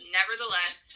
nevertheless